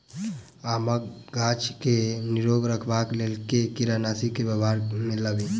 आमक गाछ केँ निरोग रखबाक लेल केँ कीड़ानासी केँ व्यवहार मे लाबी?